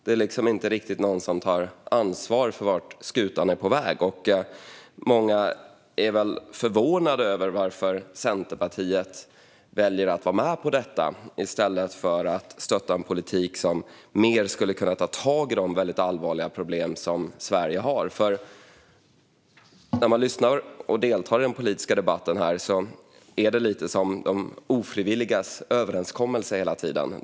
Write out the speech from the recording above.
Det är inte riktigt någon som tar ansvar för vart skutan är på väg. Många är förvånade över att Centerpartiet väljer att vara med på detta i stället för att stötta en politik som mer skulle kunna ta tag i de väldigt allvarliga problem som Sverige har. När man lyssnar till och deltar i den politiska debatten här är det lite som de ofrivilligas överenskommelse hela tiden.